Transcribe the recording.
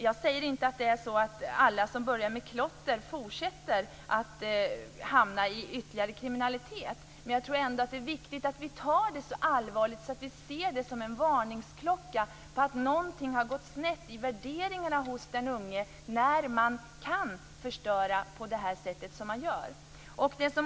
Jag säger inte att det är så att alla som börjar med klotter fortsätter att hamna i ytterligare kriminalitet. Men jag tror ändå att det är viktigt att vi tar det så allvarligt att vi ser det som en varningsklocka. Någonting har gått snett i värderingarna hos den unge när man kan förstöra på det sätt som man gör.